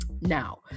Now